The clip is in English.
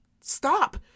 stop